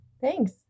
thanks